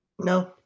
No